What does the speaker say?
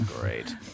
great